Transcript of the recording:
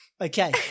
Okay